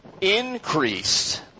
increased